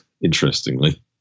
interestingly